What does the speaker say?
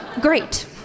Great